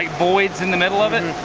voids in the middle of and